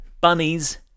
bunnies